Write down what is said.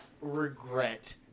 regret